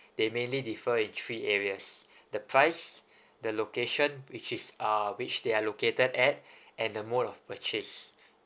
they mainly differ in three areas the price the location which is uh which they are located at and the mode of purchase